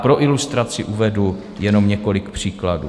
Pro ilustraci uvedu jenom několik příkladů.